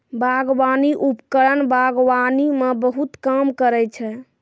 बागबानी उपकरण बागबानी म बहुत काम करै छै?